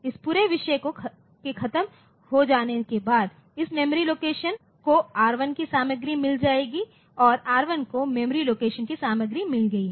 इस पूरे विषय के खत्म हो जाने के बाद इस मेमोरी लोकेशन को R1 की सामग्री मिल गई है और R1 को मेमोरी लोकेशन की सामग्री मिल गई है